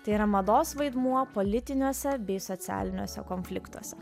tai yra mados vaidmuo politiniuose bei socialiniuose konfliktuose